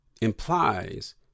Implies